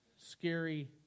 scary